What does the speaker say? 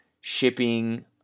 Shipping